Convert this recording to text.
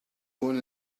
going